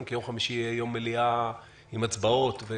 כי יום חמישי יהיה יום מליאה עם הצבעות.